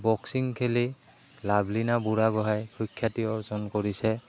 boxing খেলি লাভলিনা বুঢ়াগোহাঁই সুখ্যাতি অৰ্জন কৰিছে